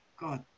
God